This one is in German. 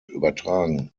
übertragen